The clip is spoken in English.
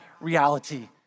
reality